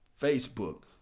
Facebook